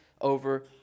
over